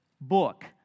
book